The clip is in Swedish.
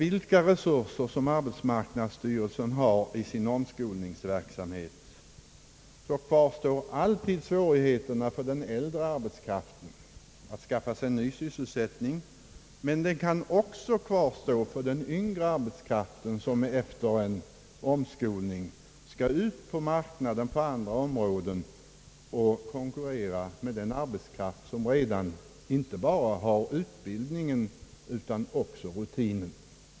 Vilka resurser arbetsmarknadsstyrelsen än har i sin omskolningsverksamhet så kvarstår alltid svårigheten för den äldre arbetskraften att skaffa sig ny sysselsättning, men den kan också kvarstå för den yngre arbetskraften som efter omskolning skall ut på arbetsmarknaden på andära områden och konkurrera med den arbetskraft som redan inte bara har utbildning utan också rutin.